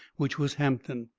which was hampton.